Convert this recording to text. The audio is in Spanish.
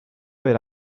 ver